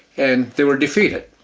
and they were defeated.